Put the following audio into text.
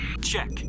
Check